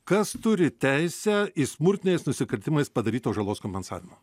kas turi teisę į smurtiniais nusikaltimais padarytos žalos kompensavimą